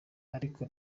ariko